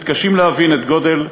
מתקשים להבין את גודל,